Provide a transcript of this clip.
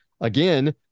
again